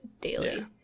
daily